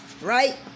Right